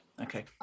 Okay